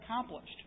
accomplished